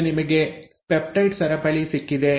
ಈಗ ನಿಮಗೆ ಪೆಪ್ಟೈಡ್ ಸರಪಳಿ ಸಿಕ್ಕಿದೆ